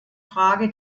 frage